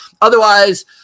Otherwise